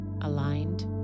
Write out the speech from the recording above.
aligned